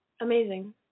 Amazing